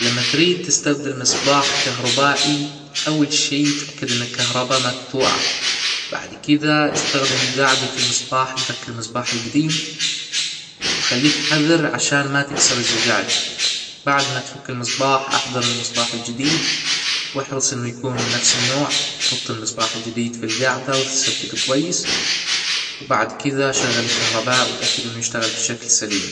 لما تريد تستبدل مصباح كهربائي اول شي تأكد ان الكهربا مجطوعة بعد كدا استخدم قاعدة المصباح لفك المصباح القديم وخليك حذر عشان ما تكسر الزجاج بعد ما تفك المصباح احضر المصباح الجديد واحرص انه يكون من نفس النوع حط المصباح الجديد في الجاعدة وتثبته كويس وبعد كذا شغل الكهرباء واتأكد انه يشتغل بشكل سليم